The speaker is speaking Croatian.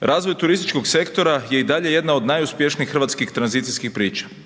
Razvoj turističkog sektora je i dalje jedna od najuspješnijih hrvatskih tranzicijskih priča.